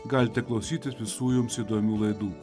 galite klausytis visų jums įdomių laidų